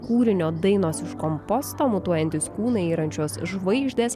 kūrinio dainos iš komposto mutuojantys kūnai yrančios žvaigždės